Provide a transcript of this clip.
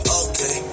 okay